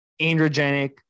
androgenic